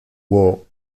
woo